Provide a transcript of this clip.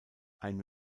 ein